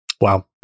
Wow